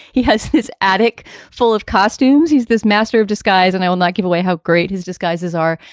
he has this attic full of costumes. he's this master of disguise, and i will not give away how great his disguises are.